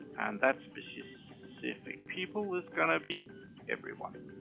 and that specific people is going to be everyone.